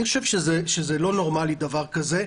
אני חושב שזה לא נורמלי דבר כזה.